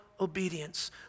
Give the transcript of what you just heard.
obedience